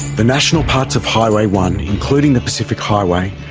the national parts of highway one including the pacific highway,